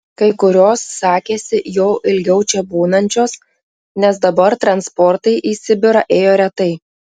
kai kurios sakėsi jau ilgiau čia būnančios nes dabar transportai į sibirą ėjo retai